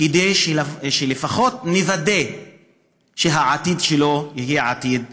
כדי שלפחות נוודא שהעתיד שלו יהיה עתיד טוב.